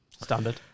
Standard